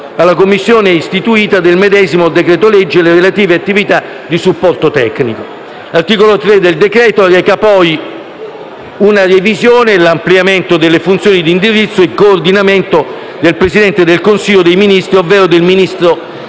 alla Commissione istituita dal medesimo decreto-legge le relative attività di supporto tecnico. L'articolo 3 del decreto-legge reca poi una revisione e l'ampliamento delle funzioni di indirizzo e il coordinamento del Presidente del Consiglio dei Ministri, ovvero del Ministro